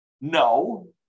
no